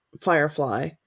Firefly